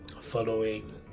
following